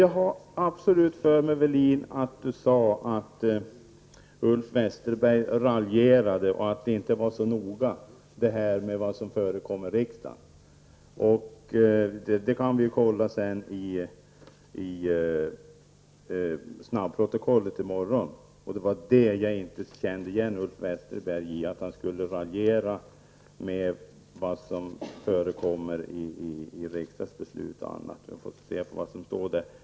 Jag har absolut för mig att Kjell-Arne Welin påstod att Ulf Westerberg hade raljerat och sagt att det inte var så noga med det som förekom i riksdagen. Vi får i morgon i snabbprotokollet se vad Kjell-Arne Welin sade. Jag kunde inte känna igen Ulf Westerberg på beskrivningen att han skulle raljera om riksdagens beslut.